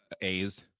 a's